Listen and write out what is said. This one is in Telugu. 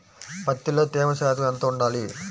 పత్తిలో తేమ శాతం ఎంత ఉండాలి?